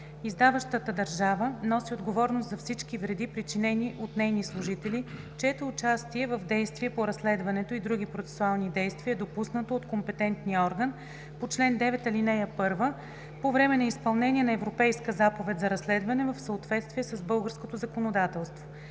Издаващата държава носи отговорност за всички вреди, причинени от нейни служители, чието участие в действия по разследването и други процесуални действия е допуснато от компетентния орган по чл. 9, ал. 1, по време на изпълнение на Европейска заповед за разследване в съответствие с българското законодателство.